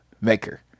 maker